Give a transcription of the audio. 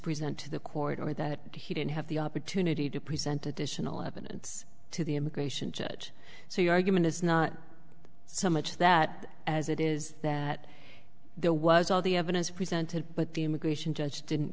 present to the court only that he didn't have the opportunity to present additional evidence to the immigration judge so your argument is not so much that as it is that there was all the evidence presented but the immigration judge didn't